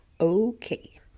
okay